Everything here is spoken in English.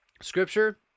Scripture